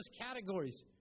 categories